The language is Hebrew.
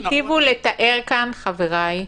היטיבו לתאר כאן חבריי.